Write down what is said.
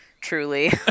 truly